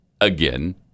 Again